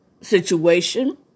situation